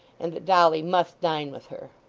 and that dolly must dine with her.